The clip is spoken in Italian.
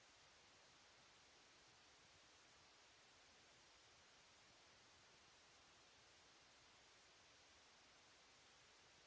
grazie.